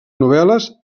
novel·les